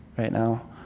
right now.